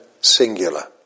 singular